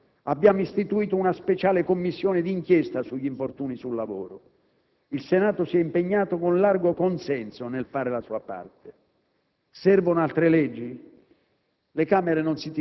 ha approvato il Testo unico sulla sicurezza; abbiamo istituito una speciale Commissione d'inchiesta sugli infortuni sul lavoro; il Senato si è impegnato con largo consenso nel fare la sua parte.